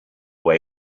way